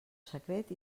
secret